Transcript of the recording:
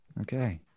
Okay